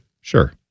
Sure